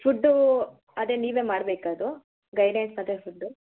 food ಅದೇ ನೀವೇ ಮಾಡ್ಬೇಕು ಅದು ಗೈಡೆನ್ಸ್ ಮತ್ತೆ ಫುಡ್ಡು